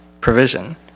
provision